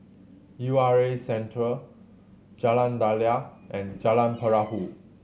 U R A Centre Jalan Daliah and Jalan Perahu